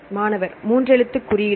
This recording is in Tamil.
மாணவர் மூன்று எழுத்து குறியீடுகள்